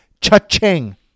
Cha-ching